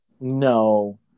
No